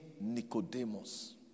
Nicodemus